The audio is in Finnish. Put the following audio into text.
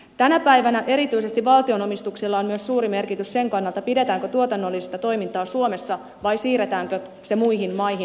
tänä päivänä erityisesti valtionomistuksella on suuri merkitys myös sen kannalta pidetäänkö tuotannollista toimintaa suomessa vai siirretäänkö se muihin maihin